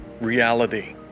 reality